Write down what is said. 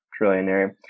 trillionaire